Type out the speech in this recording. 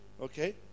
okay